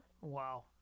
Wow